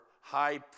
high